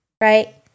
right